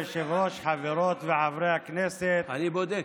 חברות וחברי הכנסת, אני בודק.